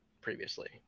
previously